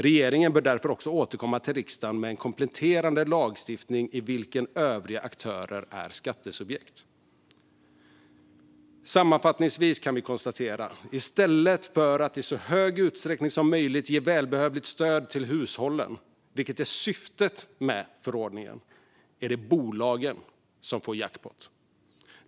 Regeringen bör därför också återkomma till riksdagen med kompletterande lagstiftning i vilken övriga aktörer är skattesubjekt. Sammanfattningsvis kan vi konstatera följande. I stället för att hushållen i så hög utsträckning som möjligt får välbehövligt stöd, vilket är syftet med förordningen, är det bolagen som får jackpot.